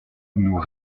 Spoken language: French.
nous